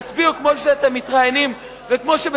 תצביעו כמו שאתם מדברים כשאתם מתראיינים וכמו שאתם